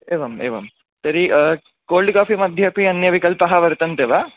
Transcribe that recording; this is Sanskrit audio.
एवम् एवं तर्हि कोल्ड् काफ़िमध्ये अपि अन्ये विकल्पाः वर्तन्ते वा